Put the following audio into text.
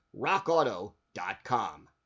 Rockauto.com